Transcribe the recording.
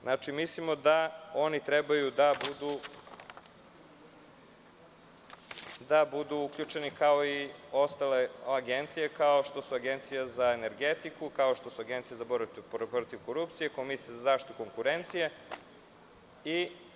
Znači, mislimo da oni treba da budu uključeni kao i ostale agencije, kao što su Agencija za energetiku, Agencija za borbu protiv korupcije, Komisija za zaštitu konkurencije, itd.